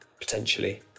potentially